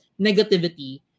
negativity